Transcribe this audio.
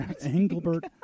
Engelbert